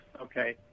Okay